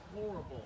horrible